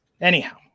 Anyhow